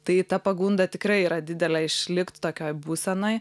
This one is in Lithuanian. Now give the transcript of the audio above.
tai ta pagunda tikrai yra didelė išlikt tokioj būsenoj